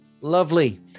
Lovely